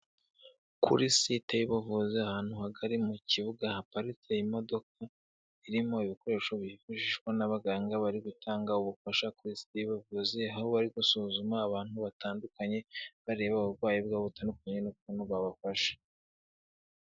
Kuri site y'ubuvuzi ahantu hagari mu kibuga haparitse imodoka irimo ibikoresho byifashishwa n'abaganga bari gutanga ubufasha kuri site y'ubuvuzi, aho bari gusuzuma abantu batandukanye bareba uburwayi bwabo aho butandukanye n'ubwubumuga babafashe.